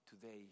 today